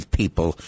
people